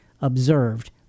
observed